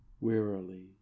Wearily